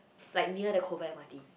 like near the Kovan M_R_T